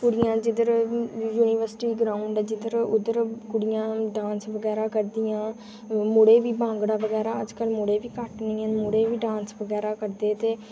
कुड़ियां जिद्धर university ground जिद्धर उद्धर कुड़ियां डांस बगैरा करदियां मुड़े बी भांगड़ा मुड़े बी घट्ट निं हैन मुड़े बी डांस बगैरा करदे न